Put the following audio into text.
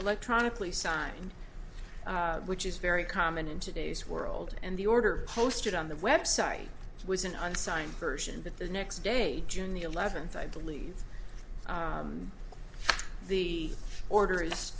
electronically signed which is very common in today's world and the order posted on the website was an unsigned version but the next day june the eleventh i believe the order is